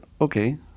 okay